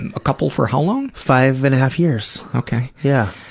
and a couple for how long? five and a half years. okay. yeah.